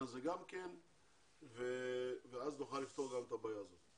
הזה גם כן ואז נוכל לפתור גם את הבעיה הזאת,